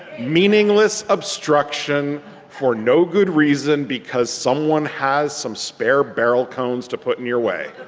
meaningless obstruction for no good reason because someone has some spare barrel cones to put in your way.